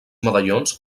medallons